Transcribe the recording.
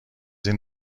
این